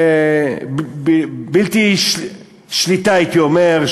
בלי שליטה הייתי אומר,